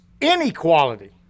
inequality